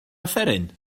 offeryn